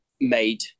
made